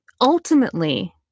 Ultimately